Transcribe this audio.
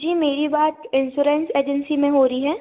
जी मेरी बात insurance agency में हो रही है